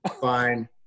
Fine